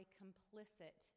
complicit